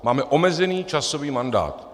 Máme omezený časový mandát.